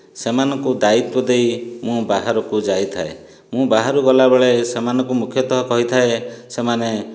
ସେମାନଙ୍କୁ ଦାୟିତ୍ୱ ଦେଇ ମୁଁ ବାହାରକୁ ଯାଇଥାଏ ମୁଁ ବାହାରକୁ ଗଲା ବେଳେ ସେମାନଙ୍କୁ ମୁଖ୍ୟତଃ କହିଥାଏ ସେମାନେ